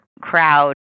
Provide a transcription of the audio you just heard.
crowd